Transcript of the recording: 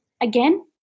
again